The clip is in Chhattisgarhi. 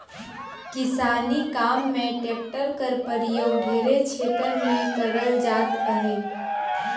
किसानी काम मे टेक्टर कर परियोग ढेरे छेतर मे करल जात अहे